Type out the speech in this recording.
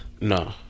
No